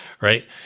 right